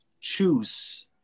choose